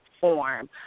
form